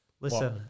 Listen